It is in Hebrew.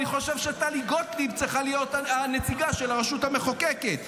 אני חושב שטלי גוטליב צריכה להיות הנציגה של הרשות המחוקקת.